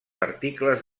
articles